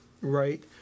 right